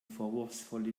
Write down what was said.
vorwurfsvolle